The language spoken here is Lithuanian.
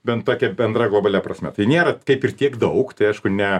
bent tokia bendra globalia prasme tai nėra kaip ir tiek daug tai aišku ne